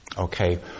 Okay